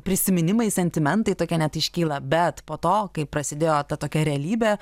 prisiminimai sentimentai tokie net iškyla bet po to kai prasidėjo ta tokia realybė